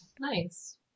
Nice